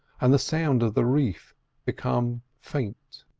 and the sound of the reef become faint.